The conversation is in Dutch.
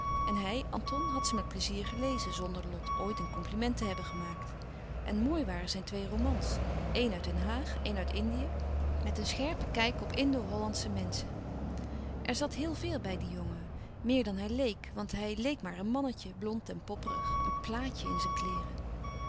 en hij anton had ze met pleizier gelezen zonder lot ooit een compliment te hebben gemaakt en mooi waren zijn twee romans éen uit den haag éen uit indië met een scherpen kijk op indo hollandsche menlouis couperus van oude menschen de dingen die voorbij gaan schen er zat heel veel bij dien jongen meer dan hij leek want hij leek maar een mannetje blond en popperig een plaatje in zijn kleêren